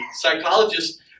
Psychologists